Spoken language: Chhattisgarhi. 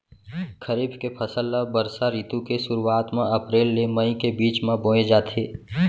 खरीफ के फसल ला बरसा रितु के सुरुवात मा अप्रेल ले मई के बीच मा बोए जाथे